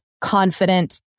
confident